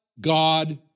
God